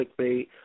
clickbait